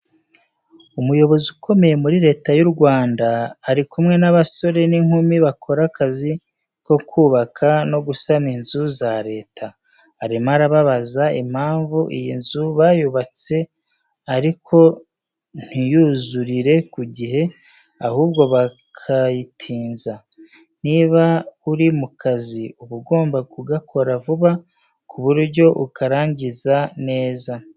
Umuyobozi ukomeye muri Leta y'u Rwanda ari kumwe n'abasore n'inkumi bakora akazi ko kubaka no gusana inzu za Leta, arimo arababaza impamvu iyi nzu bayubatse ariko ntuyuzurire ku gihe ahubwo bakayitinza. Niba uri mu kazi uba ugomba kugakora vuba ku buryo ukarangiza neza.